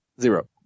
Zero